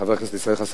חבר הכנסת ישראל חסון,